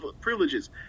privileges